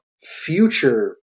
future